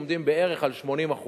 הם בערך 80%,